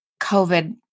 COVID